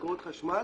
מקורות חשמל,